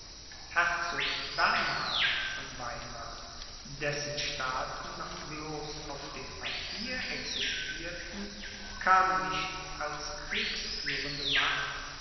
herzog bernhard von weimar dessen staaten noch bloß auf dem papier existierten kam nicht als kriegführende macht